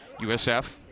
USF